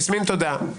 תודה.